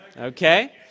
Okay